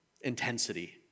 intensity